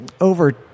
Over